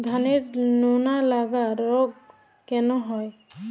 ধানের লোনা লাগা রোগ কেন হয়?